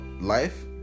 life